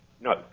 No